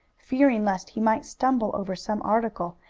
fearing lest he might stumble over some article,